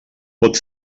pot